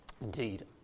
Indeed